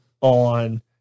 on